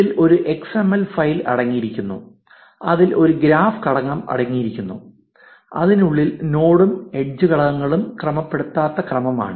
ഇതിൽ ഒരു X M L file അടങ്ങിയിരിക്കുന്നു അതിൽ ഒരു ഗ്രാഫ് ഘടകം അടങ്ങിയിരിക്കുന്നു അതിനുള്ളിൽ നോഡും എഡ്ജ് ഘടകങ്ങളും ക്രമപ്പെടുത്താത്ത ക്രമമാണ്